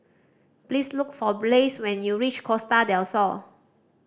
please look for Blaise when you reach Costa Del Sol